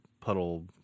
puddle